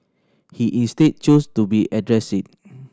he instead chose to be address it